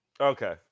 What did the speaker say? Okay